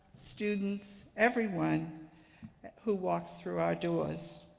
students, everyone who walks through our doors.